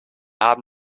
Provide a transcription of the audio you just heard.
haben